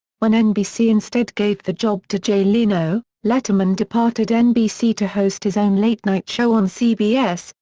when nbc instead gave the job to jay leno, letterman departed nbc to host his own late-night show on cbs,